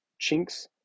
chinks